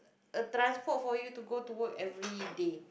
a transport for you to go to work everyday